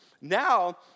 Now